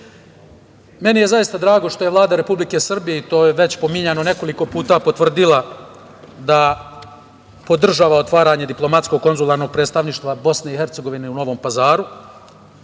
je zaista drago što je Vlada Republike Srbije i to je već pominjano, nekoliko puta potvrdila da podržava otvaranje diplomatsko-konzularnog predstavništva BiH u Novom Pazaru